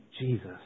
Jesus